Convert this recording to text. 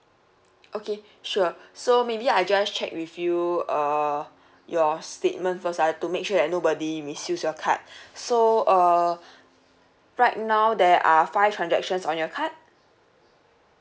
okay sure so maybe I just check with you err your statement first ah to make sure that nobody misuse your card so uh right now there are five transactions on your card